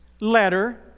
letter